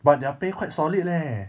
but their pay quite solid leh